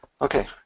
Okay